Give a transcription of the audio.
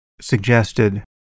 suggested